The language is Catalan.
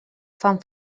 fan